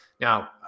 Now